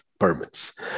permits